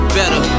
better